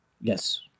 Yes